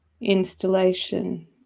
installation